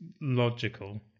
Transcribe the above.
logical